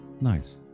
Nice